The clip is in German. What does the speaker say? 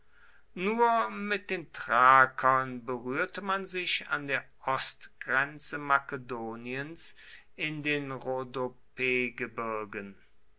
nur mit den thrakern berührte man sich an der ostgrenze makedoniens in den